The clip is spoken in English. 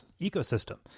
ecosystem